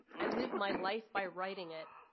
i live my life by writing it.